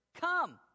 come